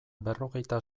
berrogeita